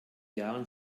jahren